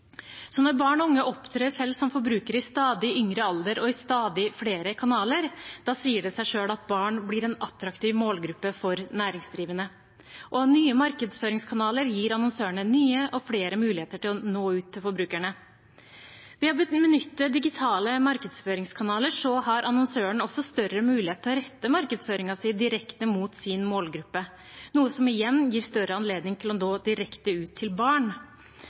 Så når barn og unge opptrer som forbrukere i stadig yngre alder og i stadig flere kanaler, sier det seg selv at barn blir en attraktiv målgruppe for næringsdrivende, og nye markedsføringskanaler gir annonsørene nye og flere muligheter til å nå ut til forbrukerne. Ved å benytte digitale markedsføringskanaler har annonsørene også større mulighet til å rette markedsføringen direkte mot sin målgruppe, noe som igjen gir større anledning til å nå direkte ut til barn.